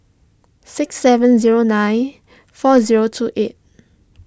six seven zero nine four zero two eight